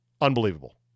Unbelievable